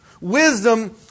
Wisdom